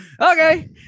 Okay